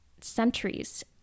centuries